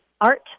art